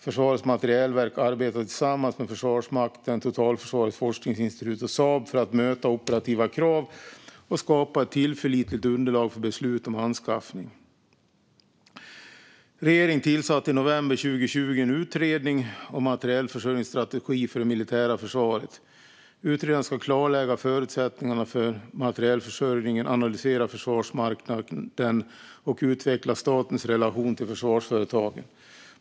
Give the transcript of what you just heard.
Försvarets materielverk arbetar tillsammans med Försvarsmakten, Totalförsvarets forskningsinstitut och Saab för att möta operativa krav och skapa ett tillförlitligt underlag för beslut om anskaffning. Regeringen tillsatte i november 2020 en utredning om en materielförsörjningsstrategi för det militära försvaret. Utredaren ska klarlägga förutsättningarna för materielförsörjningen, analysera försvarsmarknaden och utveckla statens relation till försvarsföretagen.